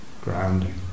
grounding